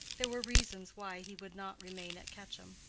there were reasons why he would not remain at quetcham.